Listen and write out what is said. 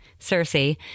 Cersei